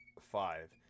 five